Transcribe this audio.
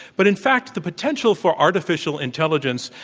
but in fact, the potential for artificial intelligence,